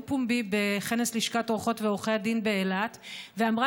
פומבי בכנס לשכת עורכות ועורכי הדין באילת ואמרה